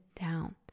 down